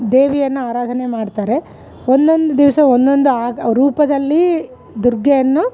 ದೇವಿಯನ್ನು ಆರಾಧನೆ ಮಾಡ್ತಾರೆ ಒನ್ನೊಂದು ದಿವಸ ಒನ್ನೊಂದು ಆಗ ರೂಪದಲ್ಲಿ ದುರ್ಗೆಯನ್ನು